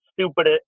stupid